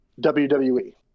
WWE